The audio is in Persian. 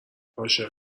عاشق